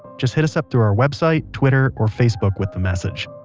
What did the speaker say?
just hit us up through our website, twitter or facebook with the message.